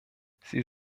sie